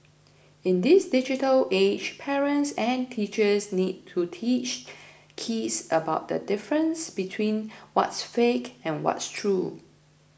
in this digital age parents and teachers need to teach kids about the difference between what's fake and what's true